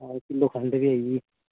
हां किलो खंड बी आई गेई